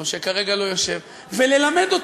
או שכרגע לא יושב, וללמד אותו.